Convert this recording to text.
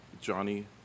Johnny